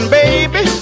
baby